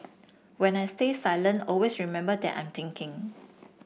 when I stay silent always remember that I'm thinking